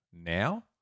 now